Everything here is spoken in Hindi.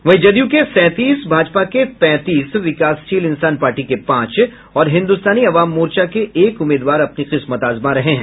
वहीं जदयू के सैंतीस भाजपा के पैंतीस विकासशील इंसान पार्टी के पांच और हिन्दुस्तानी आवाम मोर्चा के एक उम्मीदवार अपनी किस्मत आजमा रहे हैं